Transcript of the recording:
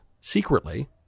secretly